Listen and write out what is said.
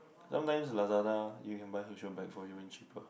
sometimes Lazada you can buy Herschel bag for even cheaper